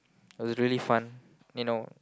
it was really fun you know